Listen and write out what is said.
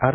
R